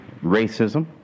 racism